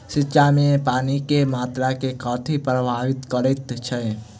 सिंचाई मे पानि केँ मात्रा केँ कथी प्रभावित करैत छै?